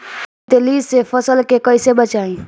तितली से फसल के कइसे बचाई?